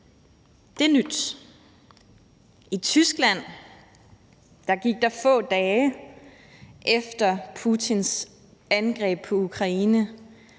Det er nyt. I Tyskland gik der få dage efter Putins angreb på Ukraine,